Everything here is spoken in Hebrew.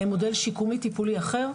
הם מודל שיקומי טיפולי אחר,